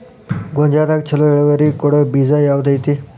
ಗೊಂಜಾಳದಾಗ ಛಲೋ ಇಳುವರಿ ಕೊಡೊ ಬೇಜ ಯಾವ್ದ್ ಐತಿ?